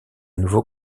nouveau